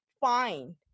fine